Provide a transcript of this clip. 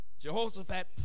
Jehoshaphat